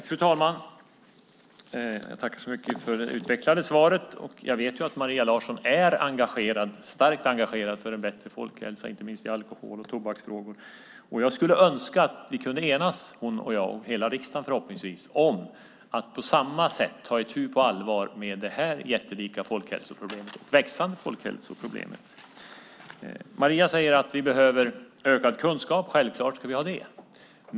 Fru talman! Jag tackar så mycket för det utvecklade svaret från ministern. Jag vet att Maria Larsson är starkt engagerad för en bättre folkhälsa, inte minst i alkohol och tobaksfrågor. Jag skulle önska att hon, jag och förhoppningsvis hela riksdagen skulle kunna enas om att på samma sätt ta itu med detta jättelika och växande folkhälsoproblem. Maria säger att vi behöver ökad kunskap. Självklart ska vi ha det.